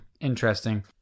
Interesting